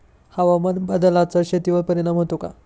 हवामान बदलाचा शेतीवर परिणाम होतो का?